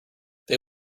they